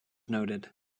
noted